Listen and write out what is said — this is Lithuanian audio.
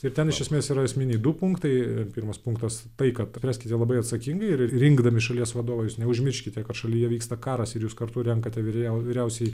ir ten iš esmės yra esminiai du punktai pirmas punktas tai kad raskite labai atsakingai rinkdami šalies vadovais neužmirškite kad šalyje vyksta karas ir jūs kartu renkate vyriau vyriausiąjį